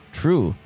true